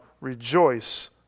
rejoice